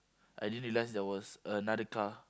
I didn't realise there was another car